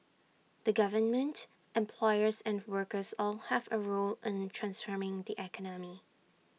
the government employers and workers all have A role in transforming the economy